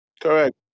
Correct